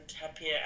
happier